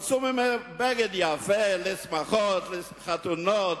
עשו בגד יפה, לשמחות, לחתונות,